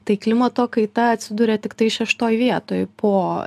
tai klimato kaita atsiduria tiktai šeštoj vietoj po